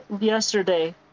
yesterday